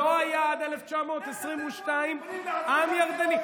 עד 1922 לא היה עם ירדני.